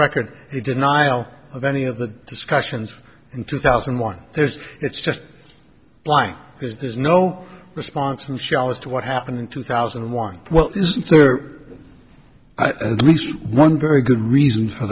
record a denial of any of the discussions in two thousand and one there's it's just like there's there's no response from shall as to what happened in two thousand and one well isn't there a least one very good reason for